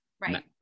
Right